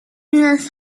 his